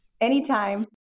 Anytime